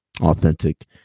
authentic